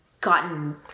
gotten